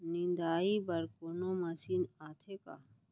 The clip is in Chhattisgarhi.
निंदाई बर कोनो मशीन आथे का?